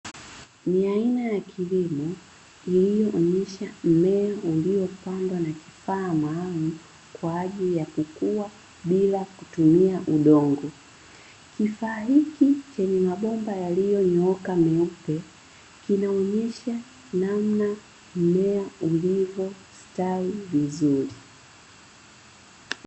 Ni aina ya kilimo iliyoonesha mmea uliopandwa na kifaa maalumu kwa ajili ya kukua bila kutumia udongo, kifaa hiki chenye mabomba yalioonyooka meupe kinaonesha namna mmea ulivostawi vizuri.